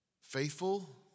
faithful